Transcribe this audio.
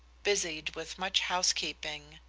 busied with much housekeeping.